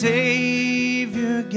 Savior